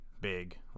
big